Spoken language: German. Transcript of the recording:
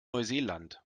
neuseeland